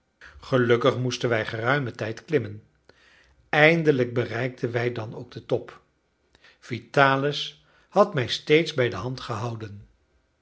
gelukkig moesten wij geruimen tijd klimmen eindelijk bereikten wij dan ook den top vitalis had mij steeds bij de hand gehouden